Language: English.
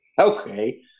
Okay